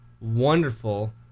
wonderful